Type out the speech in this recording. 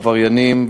עבריינים,